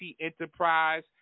Enterprise